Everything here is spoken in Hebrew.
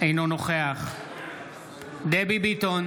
אינו נוכח דבי ביטון,